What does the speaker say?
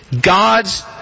God's